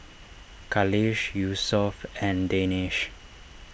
Khalish Yusuf and Danish